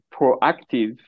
proactive